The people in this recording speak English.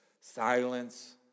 silence